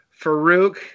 Farouk